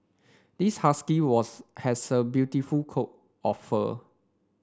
this husky was has a beautiful coat of fur